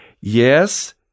Yes